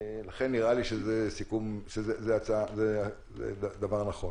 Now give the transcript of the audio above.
לכן נראה שזה דבר נכון.